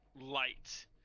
light